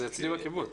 זה אצלי בקיבוץ.